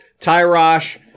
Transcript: Tyrosh